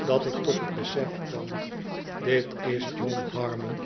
dat ik tot het besef kwam t dit is john harmon